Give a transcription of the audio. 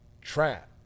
Trap